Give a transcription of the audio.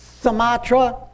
Sumatra